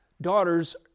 daughters